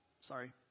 Sorry